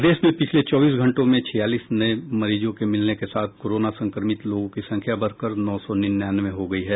प्रदेश में पिछले चौबीस घंटों में छियालीस नये मरीजों के मिलने के साथ कोरोना संक्रमित लोगों की संख्या बढ़कर नौ सौ निन्यानवे हो गयी है